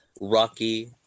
rocky